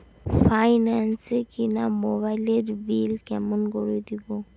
Finance এ কিনা মোবাইলের বিল কেমন করে দিবো?